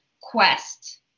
quest